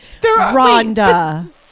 Rhonda